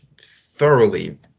thoroughly